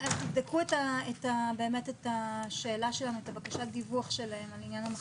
תבדקו את בקשת הדיווח שלהם לעניין המחשבים.